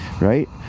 Right